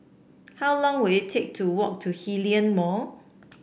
how long will it take to walk to Hillion Mall